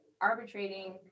arbitrating